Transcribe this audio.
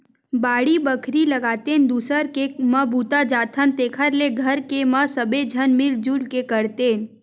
बाड़ी बखरी लगातेन, दूसर के म बूता जाथन तेखर ले घर के म सबे झन मिल जुल के करतेन